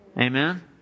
Amen